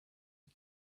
and